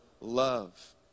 love